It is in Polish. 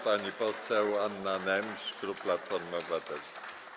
Pani poseł Anna Nemś, klub Platforma Obywatelska.